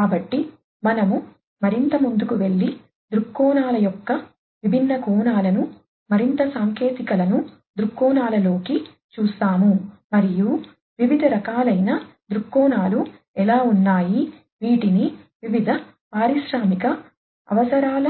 కాబట్టి మనము మరింత ముందుకు వెళ్లి దృక్కోణాల యొక్క విభిన్న కోణాలను మరింత సాంకేతికతలను దృక్కోణాలలోకి చూస్తాము మరియు వివిధ రకాలైన దృక్కోణాలు ఎలా ఉన్నాయి వీటిని వివిధ పారిశ్రామిక అవసరాల